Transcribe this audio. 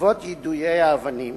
בעקבות יידויי האבנים